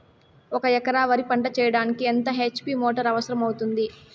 ఒక ఎకరా వరి పంట చెయ్యడానికి ఎంత హెచ్.పి మోటారు అవసరం అవుతుంది?